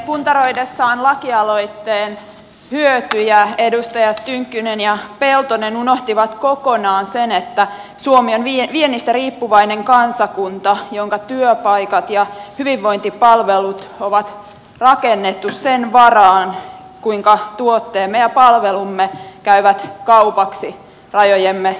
puntaroidessaan lakialoitteen hyötyjä edustajat tynkkynen ja peltonen unohtivat kokonaan sen että suomi on viennistä riippuvainen kansakunta jonka työpaikat ja hyvinvointipalvelut on rakennettu sen varaan kuinka tuotteemme ja palvelumme käyvät kaupaksi rajojemme ulkopuolella